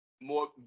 more